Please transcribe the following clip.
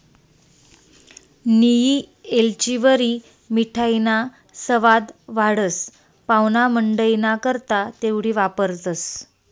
नियी येलचीवरी मिठाईना सवाद वाढस, पाव्हणामंडईना करता तेवढी वापरतंस